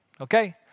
okay